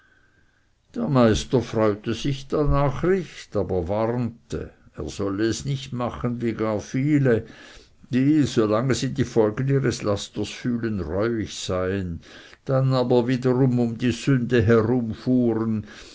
der meister freute sich der nachricht aber warnte er solle es nicht machen wie gar viele die solange sie die folgen ihres lasters fühlen reuig seien dann aber wiederum um die sünde herumfahren